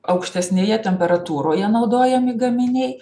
aukštesnėje temperatūroje naudojami gaminiai